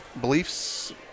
beliefs